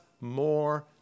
more